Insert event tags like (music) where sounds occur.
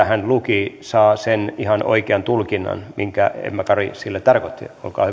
(unintelligible) hän luki saa sen ihan oikean tulkinnan minkä hän sille tarkoitti